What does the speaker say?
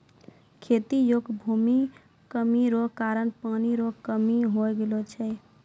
खेती योग्य भूमि कमी रो कारण पानी रो कमी हो गेलौ छै